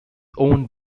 owned